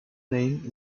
name